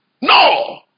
No